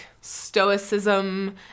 stoicism